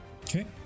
Okay